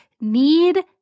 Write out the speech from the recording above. Need